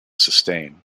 sustain